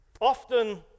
Often